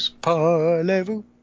parlez-vous